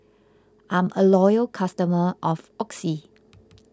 I'm a loyal customer of Oxy